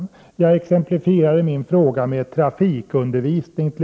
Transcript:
I min fråga tar jag t.ex. upp detta med trafikundervisning.